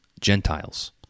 Gentiles